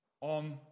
on